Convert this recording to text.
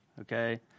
okay